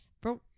bro